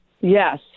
yes